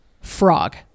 Frog